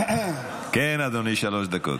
מתן, שלוש דקות,